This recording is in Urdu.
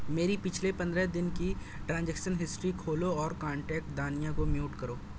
میری پچھلے پندرہ دن کی ٹرانزیکشن ہسٹری کھولو اور کانٹیکٹ دانیہ کو میوٹ کرو